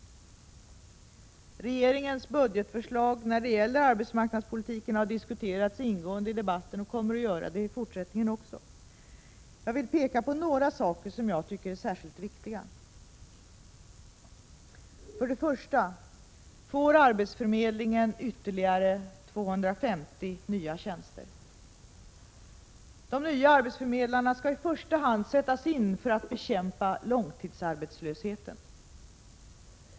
Regeringens budgetförslag när det gäller arbetsmarknadspolitiken har diskuterats ingående i debatten och kommer att göra det i fortsättningen också. Låt mig peka på några saker som jag tycker är särskilt viktiga. För det första får arbetsförmedlingen ytterligare 250 nya tjänster. De nya arbetsförmedlarna skall i första hand sättas in för att bekämpa långtidsarbetslösheten.